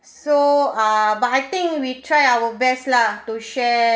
so uh but I think we try our best lah to share